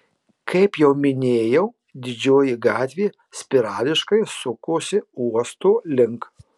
kaip jau minėjau didžioji gatvė spirališkai sukosi uosto link